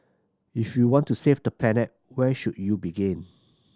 if you want to save the planet where should you begin